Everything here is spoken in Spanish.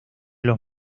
los